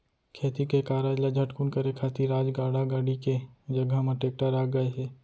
खेती के कारज ल झटकुन करे खातिर आज गाड़ा गाड़ी के जघा म टेक्टर आ गए हे